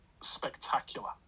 spectacular